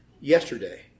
yesterday